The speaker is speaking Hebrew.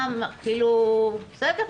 בסדר,